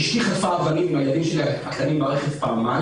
אשתי והילדים הקטנים שלי חטפו אבנים ברכב פעמיים.